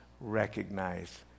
recognize